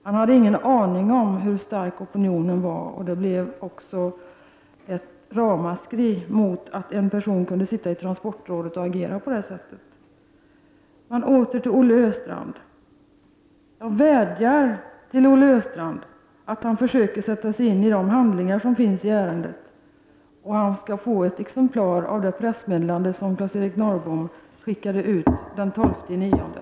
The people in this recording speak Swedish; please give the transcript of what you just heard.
Han hade ingen aning om hur stark opinionen var, och det blev också ett ramaskri emot att en person som sitter i transportrådet kunde agera på det sättet. Åter till Olle Östrand. Jag vädjar till Olle Östrand att försöka sätta sig in i de handlingar som finns i ärendet. Han skall få ett exemplar av det pressmeddelande som Claes-Eric Norrbom skickade ut den 12 september.